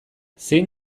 zein